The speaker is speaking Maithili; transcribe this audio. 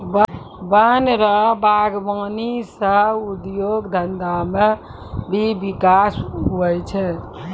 वन रो वागबानी सह उद्योग धंधा मे भी बिकास हुवै छै